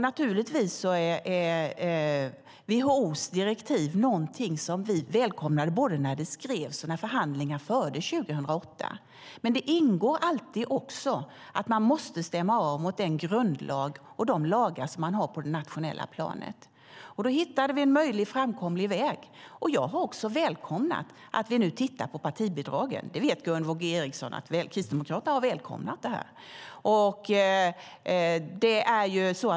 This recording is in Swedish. Naturligtvis var WHO:s direktiv någonting som vi välkomnade både när det skrevs och när förhandlingar fördes 2008. Men det ingår alltid också att man måste stämma av mot den grundlag och de lagar som man har på det nationella planet. Då hittade vi en möjlig framkomlig väg. Jag har också välkomnat att vi nu tittar på partibidragen. Gunvor G Ericson vet att Kristdemokraterna har välkomnat det.